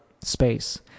space